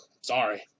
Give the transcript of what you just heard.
Sorry